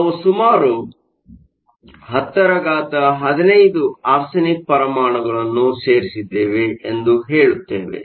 ನಾವು ಸುಮಾರು 1015 ಆರ್ಸೆನಿಕ್ ಪರಮಾಣುಗಳನ್ನು ಸೇರಿಸಿದ್ದೇವೆ ಎಂದು ಹೇಳುತ್ತೇವೆ